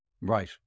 right